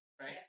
right